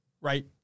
right